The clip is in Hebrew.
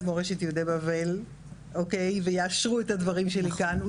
מורשת יהודי בבל ויאשרו את הדברים שלי כאן,